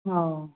ꯑꯧ